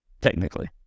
Technically